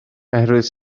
oherwydd